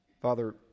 Father